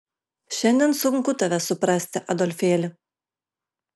šiandien sunku tave suprasti adolfėli